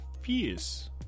fierce